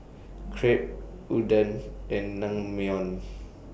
Crepe Udon and Naengmyeon